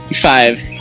five